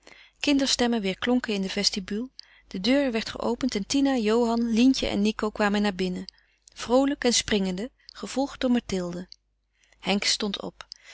kinderstemmen weêrklonken in de vestibule de deur werd geopend en tina johan lientje en nico kwamen naar binnen vroolijk en springende gevolgd door mathilde henk stond op